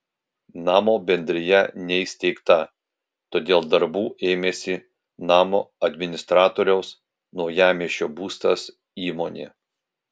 namo bendrija neįsteigta todėl darbų ėmėsi namo administratoriaus naujamiesčio būstas įmonė